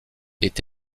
est